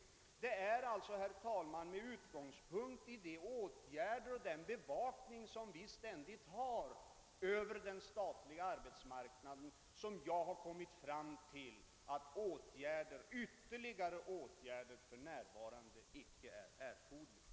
Det är alltså med utgångspunkt i de åtgärder vi vidtagit och den bevakning vi ständigt har över den statliga arbetsmarknaden som jag har kommit fram till att ytterligare åtgärder för närvarande icke är erforderliga.